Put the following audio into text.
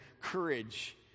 courage